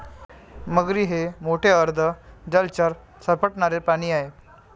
मगरी हे मोठे अर्ध जलचर सरपटणारे प्राणी आहेत